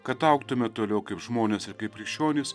kad augtume toliau kaip žmonės ir kaip krikščionys